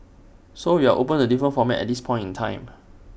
so we are open to different formats at this point in time